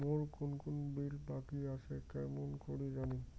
মোর কুন কুন বিল বাকি আসে কেমন করি জানিম?